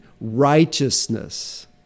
righteousness